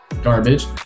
Garbage